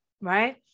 right